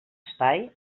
espai